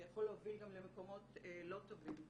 זה יכול להוביל גם למקומות לא טובים.